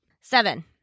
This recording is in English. Seven